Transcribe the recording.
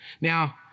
Now